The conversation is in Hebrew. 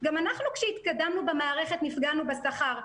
גם אנחנו כשהתקדמנו במערכת נפגענו בשכר.